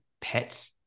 pets